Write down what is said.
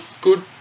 good